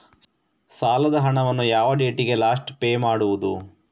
ಸಾಲದ ಹಣವನ್ನು ಯಾವ ಡೇಟಿಗೆ ಲಾಸ್ಟ್ ಪೇ ಮಾಡುವುದು?